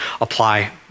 Apply